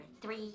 three